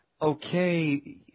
Okay